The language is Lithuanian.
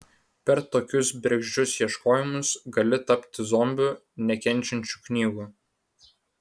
per tokius bergždžius ieškojimus gali tapti zombiu nekenčiančiu knygų